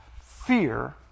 fear